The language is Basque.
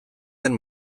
den